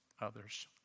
others